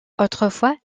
autrefois